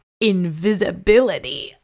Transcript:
invisibility